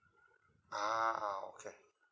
ah okay